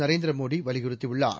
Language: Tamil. நரேந்திர மோடி வலியுறுத்தியுள்ளார்